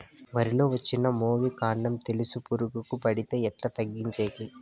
వరి లో వచ్చిన మొగి, కాండం తెలుసు పురుగుకు పడితే ఎట్లా తగ్గించేకి?